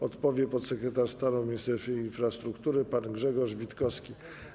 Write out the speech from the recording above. Odpowie podsekretarz stanu w Ministerstwie Infrastruktury pan Grzegorz Witkowski.